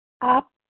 up